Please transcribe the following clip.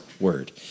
word